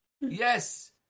Yes